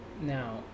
Now